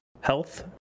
health